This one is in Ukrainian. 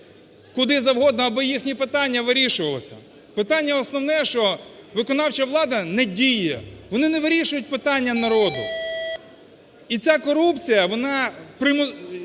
куди завгодно, аби їхні питання вирішувалися. Питання основне, що виконавча влада не діє. Вони не вирішують питання народу. І ця корупція, вона